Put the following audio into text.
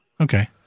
Okay